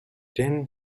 then